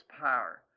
power